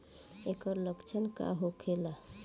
ऐकर लक्षण का होखेला?